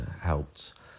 helped